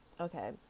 Okay